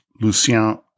Lucien